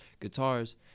guitars